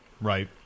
right